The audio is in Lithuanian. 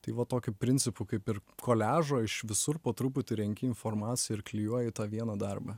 tai va tokiu principu kaip ir koliažo iš visur po truputį renki informaciją ir klijuoji į tą vieną darbą